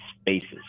spaces